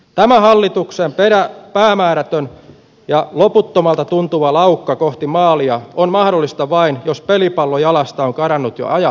tämä hallituksen päämäärätön ja loputtomalta tuntuva laukka kohti maalia on mahdollista vain jos pelipallo on karannut jalasta jo ajat sitten